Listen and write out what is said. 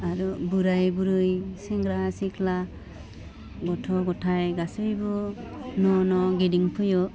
आरो बोराइ बुरै सेंग्रा सिख्ला गथ' ग'थाइ गासैबो न' न' गिदिंफैयो